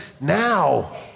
now